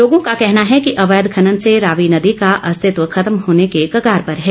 लोगों का कहना है कि अवैध खनन से रावी नदी का अस्तित्व खत्म होने के कगार पर है